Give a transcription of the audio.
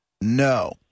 No